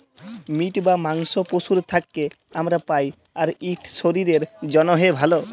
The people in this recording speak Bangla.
মিট বা মাংস পশুর থ্যাকে আমরা পাই, আর ইট শরীরের জ্যনহে ভাল